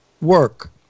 work